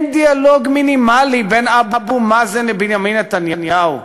אין דיאלוג מינימלי בין אבו מאזן לבנימין נתניהו.